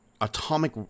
atomic